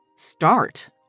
start